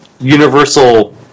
Universal